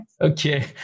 Okay